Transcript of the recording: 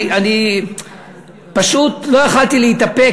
אני פשוט לא יכולתי להתאפק,